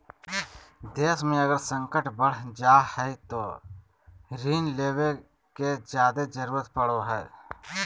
देश मे अगर संकट बढ़ जा हय तो ऋण लेवे के जादे जरूरत पड़ो हय